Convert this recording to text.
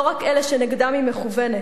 לא רק אלה שנגדם היא מכוונת,